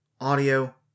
audio